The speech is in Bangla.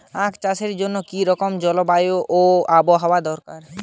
আখ চাষের জন্য কি রকম জলবায়ু ও আবহাওয়া দরকার?